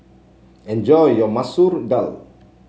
enjoy your Masoor Dal